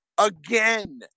Again